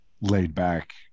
laid-back